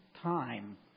time